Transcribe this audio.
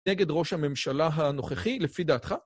נגד ראש הממשלה הנוכחי, לפי דעתך?